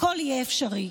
הכול יהיה אפשרי.